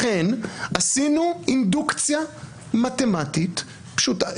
לכן עשינו אינדוקציה מתמטית פשוטה.